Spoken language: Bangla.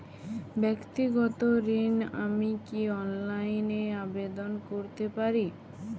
ব্যাক্তিগত ঋণ আমি কি অনলাইন এ আবেদন করতে পারি?